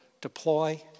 deploy